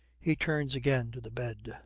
he turns again to the bed,